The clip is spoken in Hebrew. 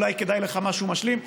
אולי כדאי לך משהו משלים.